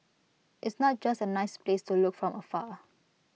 it's not just A nice place to look from afar